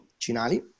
Cinali